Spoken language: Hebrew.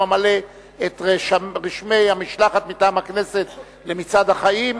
המלא את רשמי המשלחת מטעם הכנסת ל"מצעד החיים",